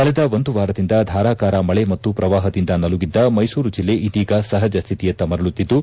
ಕಳೆದ ಒಂದು ವಾರದಿಂದ ಧಾರಾಕಾರ ಮಳೆ ಮತ್ತು ಪ್ರವಾಹದಿಂದ ನಲುಗಿದ್ದ ಮೈಸೂರು ಜಿಲ್ಲೆ ಇದೀಗ ಸಹಜ ಸ್ಥಿತಿಯತ್ತ ಮರಳುತ್ತಿದ್ದು